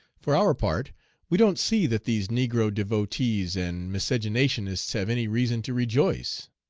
for our part we don't see that these negro devotees and miscegenationists have any reason to rejoice.